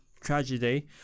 tragedy